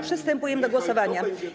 Przystępujemy do głosowania.